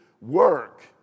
work